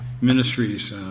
ministries